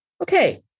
okay